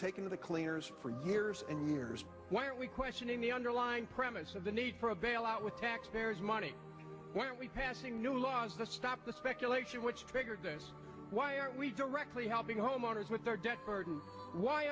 taken to the cleaners for years and years why are we questioning the underlying premise of the need for a bailout with taxpayers money when we passing new laws to stop the speculation which triggered this why are we directly helping homeowners with their debt burden why